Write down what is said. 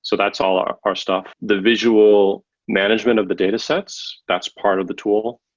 so that's all our our stuff. the visual management of the datasets, that's part of the tool,